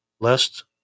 lest